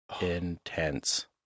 intense